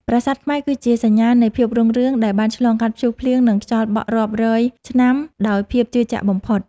ប្រាសាទខ្មែរគឺជាសញ្ញាណនៃភាពរុងរឿងដែលបានឆ្លងកាត់ព្យុះភ្លៀង និង ខ្យល់បក់រាប់រយឆ្នាំដោយភាពជឿជាក់បំផុត។